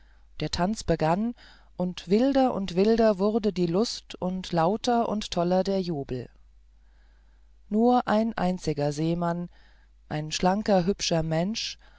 der tanz begann und wilder und wilder wurde die lust und lauter und toller der jubel nur ein einziger seemann ein schlanker hübscher mensch